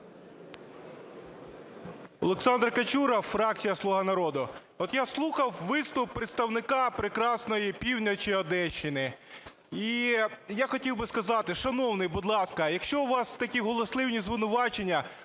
Олександр Качура, фракція "Слуга народу". От я слухав виступ представника прекрасної півночі Одещини. І я хотів би сказати, шановний, будь ласка, якщо у вас такі голослівні звинувачення,